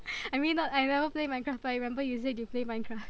I mean not I never play Minecraft but I remember you said you play Minecraft